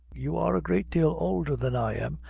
you are a great deal oulder than i am,